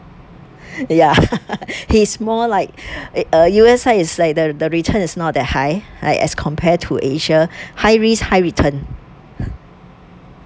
ya he's more like eh U_S side is like the the return is not that high as compared to asia high risk high return